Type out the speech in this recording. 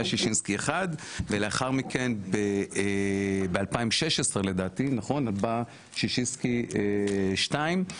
היה שישינסקי 1 ולאחר מכן ב-2016 לדעתי בא שישינסקי 2,